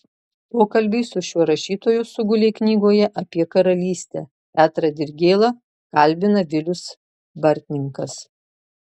pokalbiai su šiuo rašytoju sugulė knygoje apie karalystę petrą dirgėlą kalbina vilius bartninkas